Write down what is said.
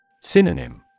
Synonym